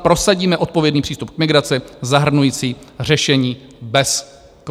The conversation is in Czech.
prosadíme odpovědný přístup k migraci zahrnující řešení bez kvót.